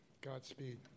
Godspeed